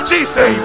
Jesus